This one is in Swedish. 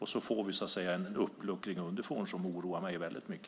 Då får vi en uppluckring underifrån som oroar mig väldigt mycket.